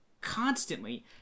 constantly